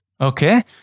Okay